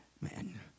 Man